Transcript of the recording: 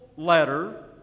letter